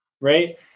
Right